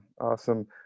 Awesome